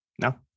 No